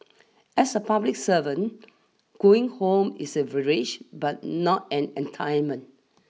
as a public servant going home is a privilege but not an